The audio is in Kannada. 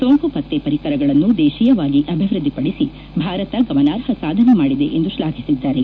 ಸೋಂಕು ಪತ್ತ ಪರಿಕರಗಳನ್ನು ದೇಶಿಯವಾಗಿ ಅಭಿವೃದ್ವಿಪಡಿಸಿ ಭಾರತ ಗಮನಾರ್ಹ ಸಾಧನೆ ಮಾಡಿದೆ ಎಂದು ಶ್ಲಾಘಿಸಿದ್ದಾರೆ